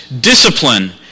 Discipline